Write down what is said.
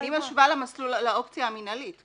אני משווה לאופציה המינהלית.